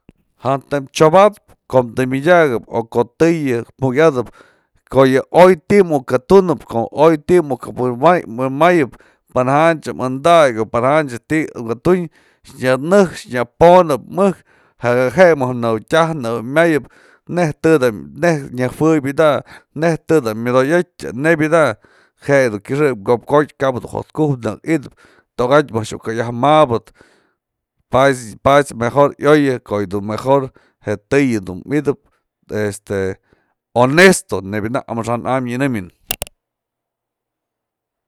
Jantëp chyo batpë ko'o tëy myëdyakëp o ko'o tëy jukyatëp ko'o yë oy ti'i mukë tunëp, ko'o oy ti mukë wi'in mayëp, panajanchë mëndakyë o panajanchë ti'i muk ka'a tunyë, nya nëj nya ponëp mëjk, jaka je'e nëwë tyaj nëwë mayëp, nej tëda, nëj nyajuëbë da, nëij të da myodoyatë, nebyada'a, je'e du kyëxëk ko'op kotyë kap du jo'ot kukë naka i'idap, tokatyë mëjk iukë ka yaj mabë payt'-spayt's mejor ioyë ko'o yë du mejor je tëy du mi'idëp, este honestone nebya nak amaxa'an am nyënëmyä.